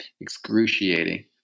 excruciating